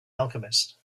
alchemist